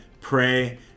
pray